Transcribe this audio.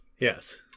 Yes